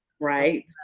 right